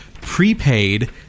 prepaid